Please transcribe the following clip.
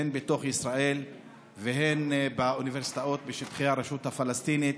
הן בתוך ישראל והן באוניברסיטאות בשטחי הרשות הפלסטינית